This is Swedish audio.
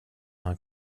han